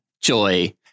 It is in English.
Joy